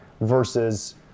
versus